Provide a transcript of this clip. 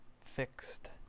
fixed